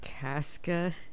Casca